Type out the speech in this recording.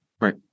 Right